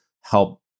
help